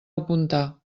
apuntar